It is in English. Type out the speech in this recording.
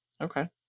Okay